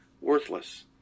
worthless